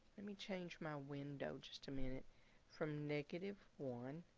let me change my window. just a minute from negative one